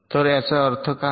तर याचा अर्थ काय